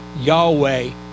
Yahweh